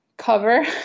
cover